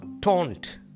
taunt